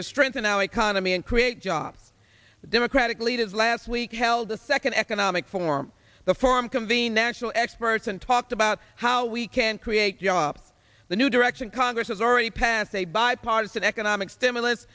to strengthen our economy and create jobs democratic leaders last week held a second economic forum the forum convene national experts and talked about how we can create jobs the new direction congress has already passed a bipartisan economic stimulus